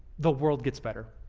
the world gets better.